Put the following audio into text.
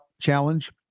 challenge